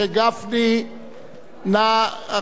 חבר הכנסת גפני יעלה ויבוא,